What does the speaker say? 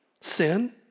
sin